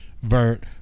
Vert